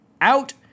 out